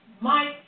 Mike